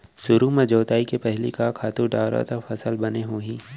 सुरु म जोताई के पहिली का खातू डारव त फसल बने होही?